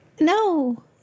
No